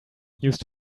used